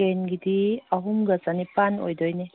ꯇꯦꯟꯒꯤꯗꯤ ꯑꯍꯨꯝꯒ ꯆꯅꯤꯄꯥꯟ ꯑꯣꯏꯗꯣꯏꯅꯦ